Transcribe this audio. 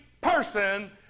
person